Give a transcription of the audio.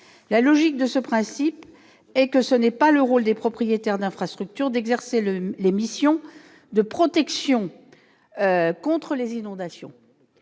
La logique de ce principe est qu'il n'incombe pas aux propriétaires d'infrastructures d'exercer les missions de protection contre les inondations.